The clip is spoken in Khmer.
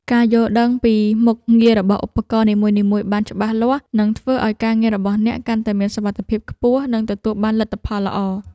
ការយល់ដឹងពីមុខងាររបស់ឧបករណ៍នីមួយៗបានច្បាស់លាស់ នឹងធ្វើឱ្យការងាររបស់អ្នកកាន់តែមានសុវត្ថិភាពខ្ពស់ និងទទួលបានលទ្ធផលល្អ។